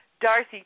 Darcy